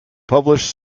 published